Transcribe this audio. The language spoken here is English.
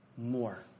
more